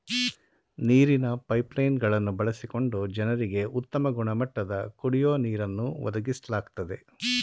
ನೀರಿನ pipeline ಗಳನ್ನು ಬಳಸಿಕೊಂಡು ಜನರಿಗೆ ಉತ್ತಮ ಗುಣಮಟ್ಟದ ಕುಡಿಯೋ ನೀರನ್ನು ಒದಗಿಸ್ಲಾಗ್ತದೆ